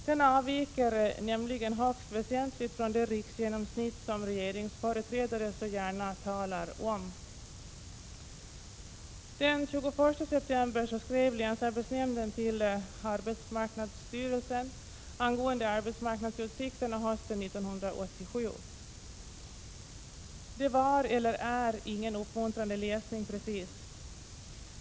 Den avviker nämligen högst väsentligt från det riksgenomsnitt som regeringsföreträdare så gärna talar om. Den 21 september skrev länsarbetsnämnden till arbetsmarknadsstyrelsen angående arbetsmarknadsutsikterna hösten 1987. Det var och är ingen uppmuntrande läsning precis.